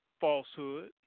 falsehood